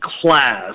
class